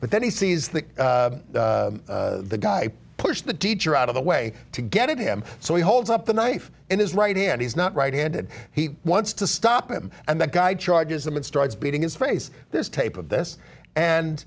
but then he sees that the guy pushed the teacher out of the way to get him so he holds up the knife in his right hand he's not right handed he wants to stop him and the guy charges him and starts beating his face this tape of this and